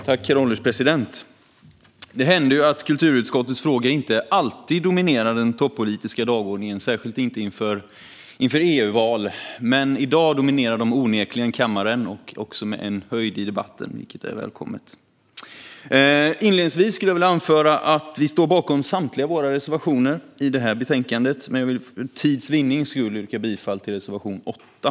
Herr ålderspresident! Det händer att kulturutskottets frågor inte alltid dominerar den toppolitiska dagordningen, särskilt inte inför ett EU-val. Men i dag dominerar de onekligen kammaren, också med bra höjd i debatten, vilket är välkommet. Inledningsvis vill jag anföra att vi står bakom samtliga våra reservationer i betänkandet, men för tids vinning yrkar jag bifall bara till reservation 8.